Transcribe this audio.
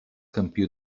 campió